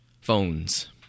phones